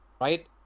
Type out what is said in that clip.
right